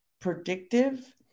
predictive